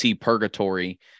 purgatory